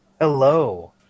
Hello